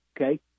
okay